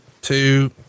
two